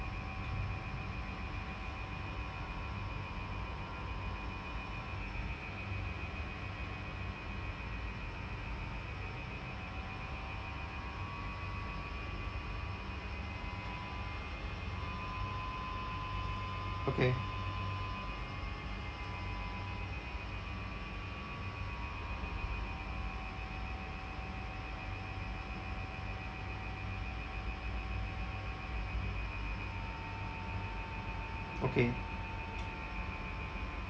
okay okay